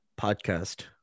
podcast